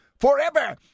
forever